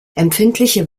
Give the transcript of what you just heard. empfindliche